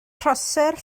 prosser